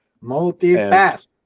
multi-pass